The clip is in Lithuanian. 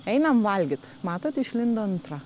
einam valgyt matot išlindo antra